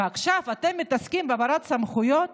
ועכשיו אתם מתעסקים בהעברת סמכויות